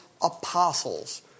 apostles